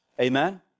Amen